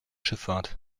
schifffahrt